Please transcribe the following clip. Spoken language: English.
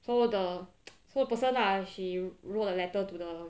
so the the person lah she wrote a letter to the